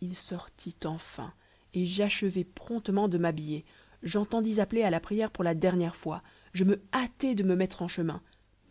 il sortit enfin et j'achevai promptement de m'habiller j'entendis appeler à la prière pour la dernière fois je me hâtai de me mettre en chemin